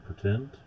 pretend